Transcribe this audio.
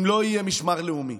אם לא יהיה משמר לאומי,